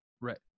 Right